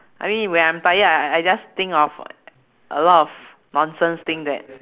I mean when I'm tired I I just think of a lot of nonsense thing that